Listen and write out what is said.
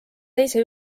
teise